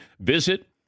Visit